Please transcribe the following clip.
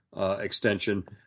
extension